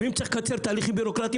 ואם צריך לקצר תהליכים בירוקרטיים